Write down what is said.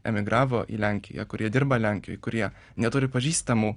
emigravo į lenkiją kurie dirba lenkijoj kurie neturi pažįstamų